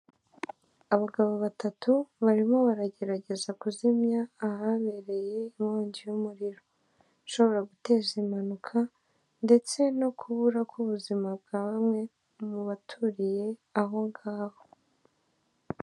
Abagabo batatu barimo baragerageza kuzimya ahabereye inkongi y'umuriro, ishobora guteza impanuka ndetse no kubura k'ubuzima mu baturiye aho ngaho.